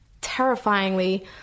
terrifyingly